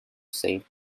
save